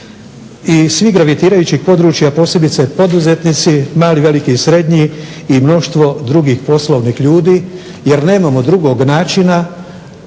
i svih gravitirajućih područja, posebice poduzetnici mali, veliki i srednji i mnoštvo drugih poslovnih ljudi jer nemamo drugog načina